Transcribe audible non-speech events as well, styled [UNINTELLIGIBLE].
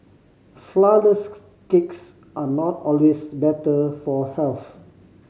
flourless [UNINTELLIGIBLE] cakes are not always better for health